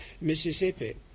Mississippi